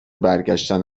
برگشتن